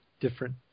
different